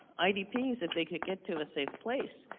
idps, if they could get to a safe place,